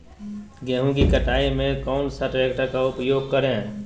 गेंहू की कटाई में कौन सा ट्रैक्टर का प्रयोग करें?